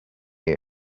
you